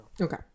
Okay